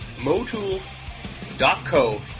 Motul.co